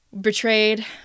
betrayed